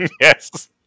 Yes